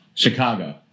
Chicago